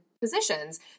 positions